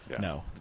No